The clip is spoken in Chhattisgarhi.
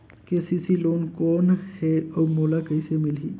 के.सी.सी लोन कौन हे अउ मोला कइसे मिलही?